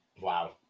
Wow